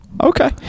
Okay